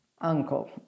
uncle